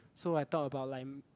so I talk about like